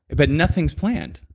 but nothing's planned,